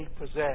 possess